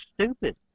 stupid